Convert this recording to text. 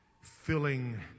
filling